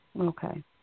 Okay